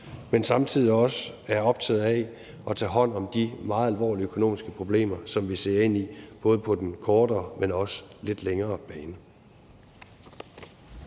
vi samtidig også er optaget af at tage hånd om de meget alvorlige økonomiske problemer, som vi ser ind i, både på den korte, men også på den lidt længere bane.